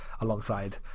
alongside